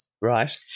Right